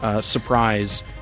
surprise